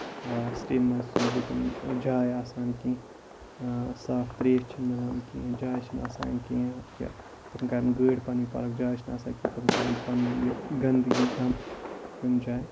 city ین منٛز چھِ نہٕ لُکن جاے آسان کیٚنٛہہ صاف تریش چھےٚ نہٕ مِلان کیٚنٛہہ جاے چھےٚ نہٕ آسان کیٚنٛہہ کہِ تِم کرن گٲڑۍ پَنٕنۍ پارٕک جاے چھےٚ نہٕ آسان کیٚنٛہہ تِم کرن پَنٕنۍ یہِ گندگی ڈمپ کُنہِ جایہِ